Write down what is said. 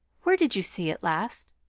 where did you see it last?